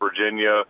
Virginia